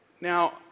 Now